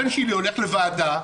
הבן שלי הולך לוועדה,